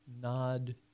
nod